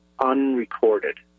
unrecorded